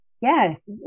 Yes